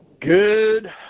Good